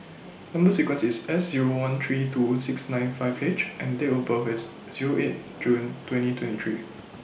Number sequence IS S Zero one three two six nine five H and Date of birth IS Zero eight June twenty twenty three